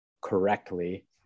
correctly